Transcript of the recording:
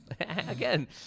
Again